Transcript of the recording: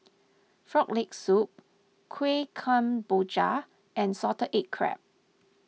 Frog Leg Soup Kuih Kemboja and Salted Egg Crab